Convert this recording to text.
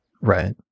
right